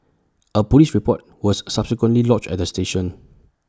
A Police report was subsequently lodged at the station